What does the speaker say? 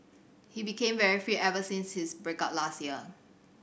he became very fit ever since his break up last year